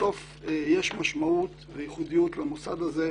בסוף יש משמעות וייחודיות למוסד הזה,